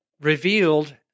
revealed